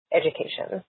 education